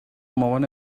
مامان